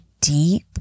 deep